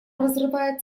разрывает